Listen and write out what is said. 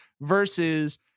versus